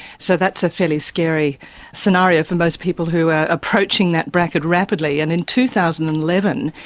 so that's a fairly scary scenario for most people who are approaching that bracket rapidly. and in two thousand and eleven,